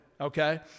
okay